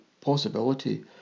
possibility